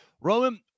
Roman